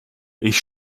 ich